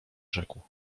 rzekł